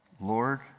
Lord